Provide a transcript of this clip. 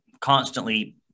constantly